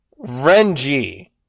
Renji